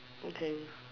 okay